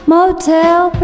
Motel